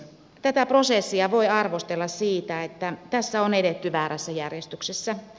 tätä prosessia voi arvostella siitä että tässä on edetty väärässä järjestyksessä